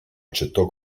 accettò